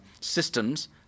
systems